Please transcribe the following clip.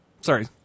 Sorry